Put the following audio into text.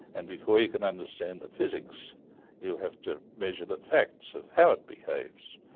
and before you can understand the physics you have to measure the facts of how it behaves.